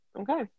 Okay